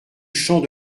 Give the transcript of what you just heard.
champ